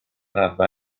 raddfa